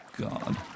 God